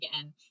again